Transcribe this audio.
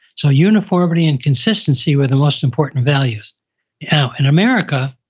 so uniformity and consistency were the most important values yeah in america,